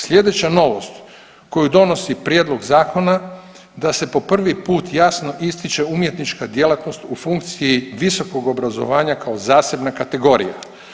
Slijedeća novost koju donosi prijedlog zakona da se po prvi put jasno ističe umjetnička djelatnost u funkciji visokog obrazovanja kao zasebna kategorija.